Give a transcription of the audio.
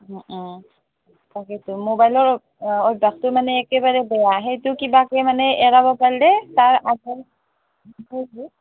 তাকেইটো মোবাইলৰ অভ্যাসটো মানে একেবাৰে বেয়া সেইটো কিবাকৈ মানে এৰাব পাৰিলে তাৰ